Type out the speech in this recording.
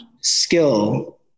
skill